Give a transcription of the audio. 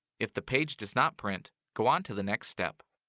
if the page does not print, go on to the next step.